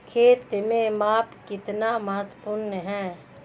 खेत में माप कितना महत्वपूर्ण है?